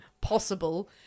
possible